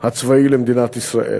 הצבאי למדינת ישראל.